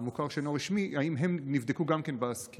מוכר שאינו רשמי, האם הם נבדקו גם כן בסקירה?